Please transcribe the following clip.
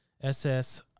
SS